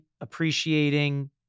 appreciating